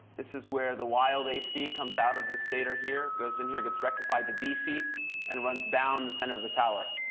this is where the wild ac comes out of the stater here, goes in here, gets rectified to dc and runs down the center of the tower,